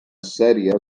sèrie